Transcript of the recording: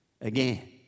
again